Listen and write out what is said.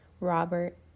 Robert